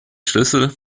schlüssel